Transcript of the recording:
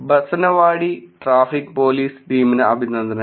Banaswadi traffic police ടീമിന് അഭിനന്ദനങ്ങൾ